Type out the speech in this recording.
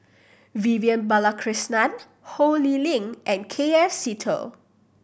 Vivian Balakrishnan Ho Lee Ling and K F Seetoh